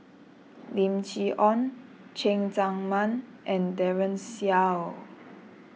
Lim Chee Onn Cheng Tsang Man and Daren Shiau